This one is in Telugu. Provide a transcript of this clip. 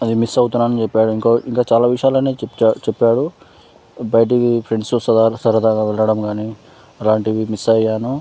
అది మిస్ అవుతున్నాను అని చెప్పాడు ఇంకా చాలా విషయాలను చెప్పా చెప్పాడు బయటికి ఫ్రెండ్స్తో సరదాగా వెళ్లడం గానీ అలాంటివి మిస్ అయ్యాను